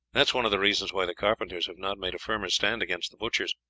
that is one of the reasons why the carpenters have not made a firmer stand against the butchers.